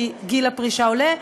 כי גיל הפרישה עולה.